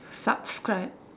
subscribe